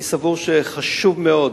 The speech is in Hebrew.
אני סבור שחשוב מאוד